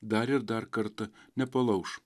dar ir dar kartą nepalauš